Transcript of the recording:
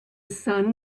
sun